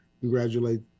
congratulate